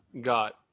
got